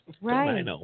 Right